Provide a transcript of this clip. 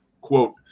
Quote